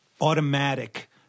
automatic